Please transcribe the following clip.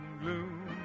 gloom